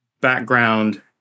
background